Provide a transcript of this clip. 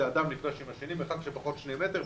כשאדם נפגש עם השני במרחק של פחות משני מטר,